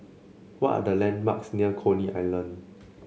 what are the landmarks near Coney Island